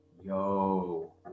yo